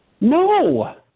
no